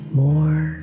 more